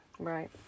Right